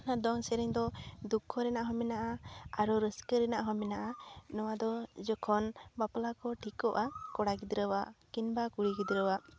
ᱫᱚᱝ ᱥᱮᱨᱮᱧ ᱫᱚ ᱫᱩᱠᱠᱷᱚ ᱨᱮᱱᱟᱜ ᱦᱚᱸ ᱢᱮᱱᱟᱜᱼᱟ ᱟᱨᱚ ᱨᱟᱹᱥᱠᱟᱹ ᱨᱮᱱᱟᱜ ᱦᱚᱸ ᱢᱮᱱᱟᱜᱼᱟ ᱱᱚᱣᱟ ᱫᱚ ᱡᱚᱠᱷᱚᱱ ᱵᱟᱯᱞᱟ ᱠᱚ ᱴᱷᱤᱠ ᱠᱚᱜᱼᱟ ᱠᱚᱲᱟ ᱜᱤᱫᱽᱨᱟᱹᱣᱟᱜ ᱠᱤᱝᱵᱟ ᱠᱩᱲᱤ ᱜᱤᱫᱽᱨᱟᱹᱣᱟᱜ